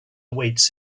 awaits